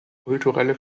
kulturelle